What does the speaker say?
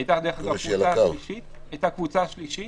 הייתה קבוצה שלישית